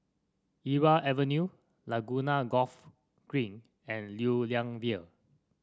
Irau Avenue Laguna Golf Green and Lew Lian Vale